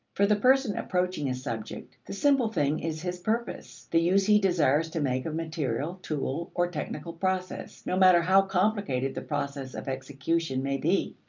for the person approaching a subject, the simple thing is his purpose the use he desires to make of material, tool, or technical process, no matter how complicated the process of execution may be.